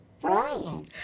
Brian